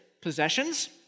possessions